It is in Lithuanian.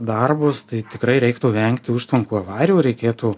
darbus tai tikrai reiktų vengti užtvankų avarijų reikėtų